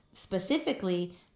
specifically